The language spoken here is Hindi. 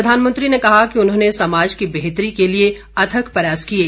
प्रधानमंत्री ने कहा कि उन्होंने समाज की बेहतरी के लिए अथक प्रयास किये